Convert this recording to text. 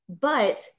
but-